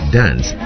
dance